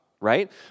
Right